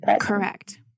Correct